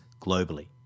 globally